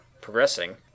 progressing